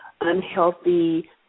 unhealthy